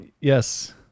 Yes